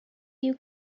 you